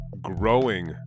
growing